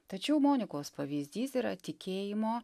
tačiau monikos pavyzdys yra tikėjimo